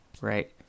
right